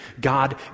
God